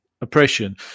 Oppression